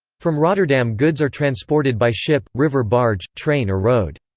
from rotterdam goods are transported by ship, river barge, train or road.